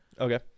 okay